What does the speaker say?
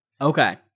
Okay